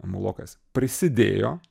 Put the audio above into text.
mulokas prisidėjo